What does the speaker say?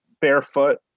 barefoot